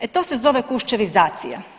E to se zove Kuščevizacija.